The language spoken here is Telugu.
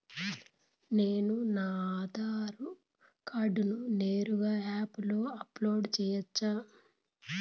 నేను నా ఆధార్ కార్డును నేరుగా యాప్ లో అప్లోడ్ సేయొచ్చా?